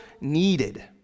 needed